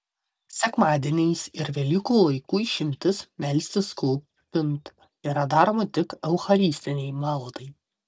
sekmadieniais ir velykų laiku išimtis melstis klūpint yra daroma tik eucharistinei maldai